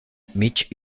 mitch